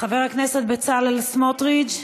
חבר הכנסת בצלאל סמוטריץ,